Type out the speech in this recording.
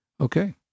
Okay